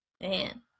Man